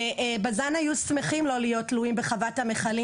שבז"ן היו שמחים לא להיות תלויים בחוות המכלים